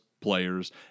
players